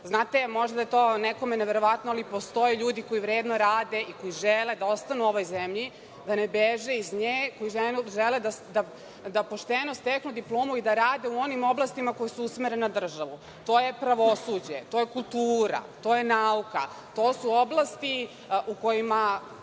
Znate, možda je to nekome neverovatno ali postoje ljudi koji vredno rade i koji žele da ostanu u ovoj zemlji, da ne beže iz nje, koji žele da pošteno steknu diplomu i da rade u onim oblastima koje se usmere na državu; to je pravosuđe, to je kultura, to je nauka, to su oblasti u kojima